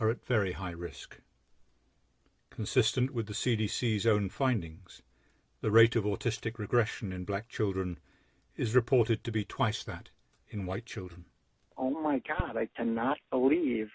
at very high risk consistent with the c d c zone findings the rate of autistic regression in black children is reported to be twice that in white children oh my god i cannot believe